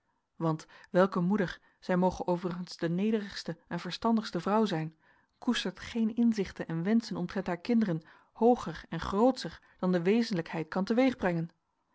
want welke moeder zij moge overigens de nederigste en verstandigste vrouw zijn koestert geen inzichten en wenschen omtrent haar kinderen hooger en grootscher dan de wezenlijkheid kan